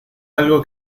algo